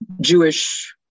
Jewish